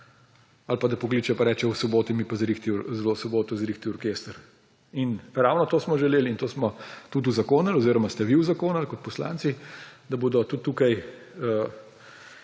Ali pa da pokliče pa reče: »V soboto mi pa zrihtaj orkester.« In ravno to smo želeli, in to smo tudi uzakonili oziroma ste vi uzakonili kot poslanci, da bodo tudi tukaj